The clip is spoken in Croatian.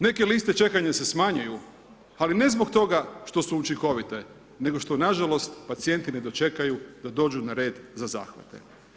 Neke liste čekanja se smanjuju ali ne zbog toga što su učinkovite nego što nažalost pacijenti ne dočekaju da dođu na red za zahvate.